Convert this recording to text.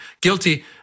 guilty